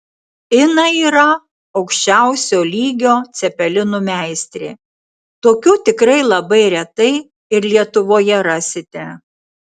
ina yra aukščiausio lygio cepelinų meistrė tokių tikrai labai retai ir lietuvoje rasite